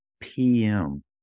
PM